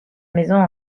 maison